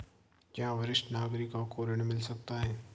क्या वरिष्ठ नागरिकों को ऋण मिल सकता है?